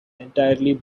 entirely